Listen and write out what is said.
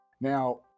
Now